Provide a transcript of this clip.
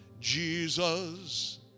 Jesus